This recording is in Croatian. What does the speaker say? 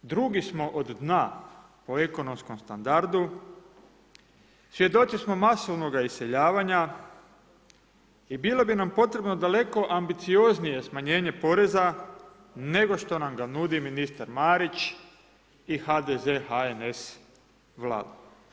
Drugi smo od dna po ekonomskom standardu, svjedoci smo masovnoga iseljavanja i bilo bi nam potrebno daleko ambicioznije smanjenje poreza nego što nam ga nudi ministar Marić i HDZ, HNS Vlada.